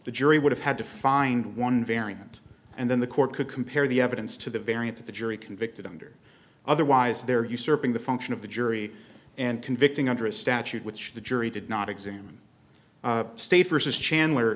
the jury would have had to find one variant and then the court could compare the evidence to the variant that the jury convicted under otherwise they're usurping the function of the jury and convicting under a statute which the jury did not examine the state versus chandler